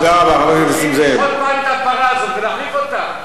צריך לשחוט פעם את הפרה ולהחליף אותה.